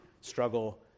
struggle